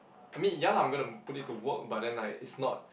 I mean ya lah I'm gonna put it to work but then like it's not